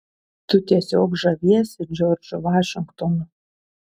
tu tiesiog žaviesi džordžu vašingtonu